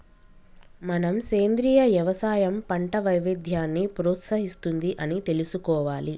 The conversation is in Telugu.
మనం సెంద్రీయ యవసాయం పంట వైవిధ్యాన్ని ప్రోత్సహిస్తుంది అని తెలుసుకోవాలి